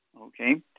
okay